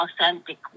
authentic